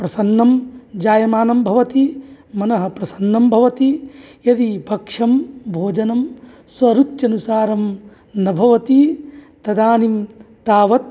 प्रसन्नं जायमानं भवति मनः प्रसन्नं भवति यदि भक्ष्यं भोजनं स्वरुच्यनुसारं न भवति तदानीं तावत्